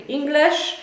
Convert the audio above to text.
English